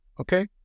Okay